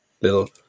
Little